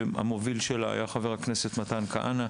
שהמוביל שלה היה חבר הכנסת מתן כהנא,